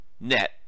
net